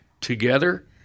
together